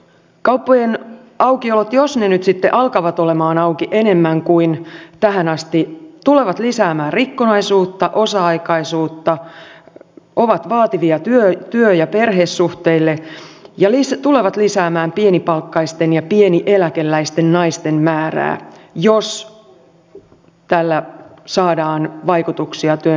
kauppojen aukiolot jos ne nyt alkavat olemaan auki enemmän kuin tähän asti tulevat lisäämään rikkonaisuutta osa aikaisuutta ovat vaativia työ ja perhesuhteille ja tulevat lisäämään pienipalkkaisten ja pienieläkeläisten naisten määrää jos tällä saadaan vaikutuksia työn lisääntymiseen